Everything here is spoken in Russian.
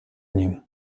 ним